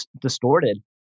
distorted